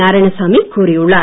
நாராயணசாமி கூறியுள்ளார்